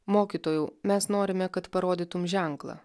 mokytojau mes norime kad parodytum ženklą